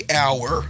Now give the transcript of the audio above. hour